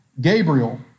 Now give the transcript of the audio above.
Gabriel